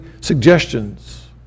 suggestions